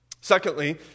Secondly